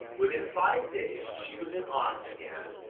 within five days she was in arms again,